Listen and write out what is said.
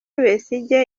besigye